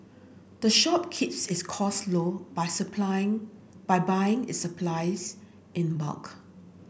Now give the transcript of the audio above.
the shop keeps its costs low by supplies by buying its supplies in bulk